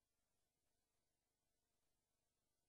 תראה, ברמת